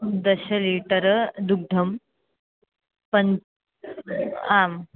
दशलीटर् दुग्धं पञ्च आम्